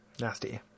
Nasty